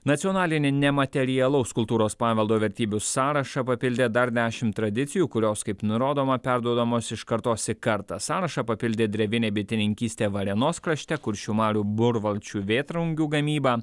nacionalinį nematerialaus kultūros paveldo vertybių sąrašą papildė dar dešim tradicijų kurios kaip nurodoma perduodamos iš kartos į kartą sąrašą papildė drevinė bitininkystė varėnos krašte kuršių marių burvalčių vėtrungių gamyba